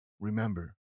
Remember